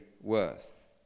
worth